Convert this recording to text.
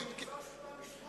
אדוני היושב-ראש,